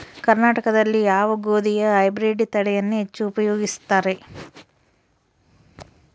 ಕರ್ನಾಟಕದಲ್ಲಿ ಯಾವ ಗೋಧಿಯ ಹೈಬ್ರಿಡ್ ತಳಿಯನ್ನು ಹೆಚ್ಚು ಉಪಯೋಗಿಸುತ್ತಾರೆ?